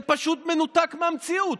זה פשוט מנותק מהמציאות.